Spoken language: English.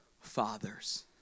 fathers